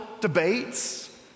debates